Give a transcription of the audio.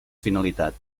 finalitat